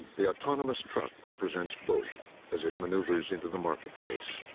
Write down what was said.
the autonomous truck represents both as it maneuvers into the marketplace.